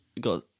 got